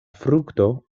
frukto